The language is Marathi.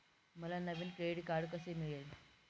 मला नवीन क्रेडिट कार्ड कसे मिळेल?